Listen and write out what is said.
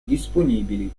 disponibili